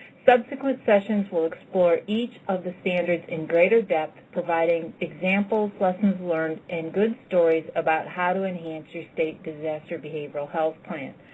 subsequent sessions will explore each of the standards in greater depth, providing examples, lessons learned, and good stories about how to enhance your state disaster behavioral health plan.